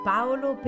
Paolo